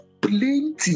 plenty